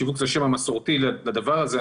שיווק הוא השם המסורתי לדבר הזה.